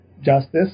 justice